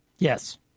Yes